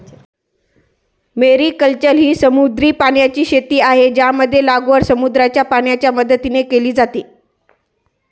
mariculture ही समुद्री पाण्याची शेती आहे, ज्यामध्ये लागवड समुद्राच्या पाण्याच्या मदतीने केली जाते